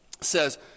says